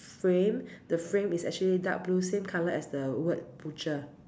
frame the frame is actually dark blue same color as the word butcher